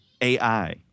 AI